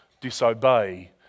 disobey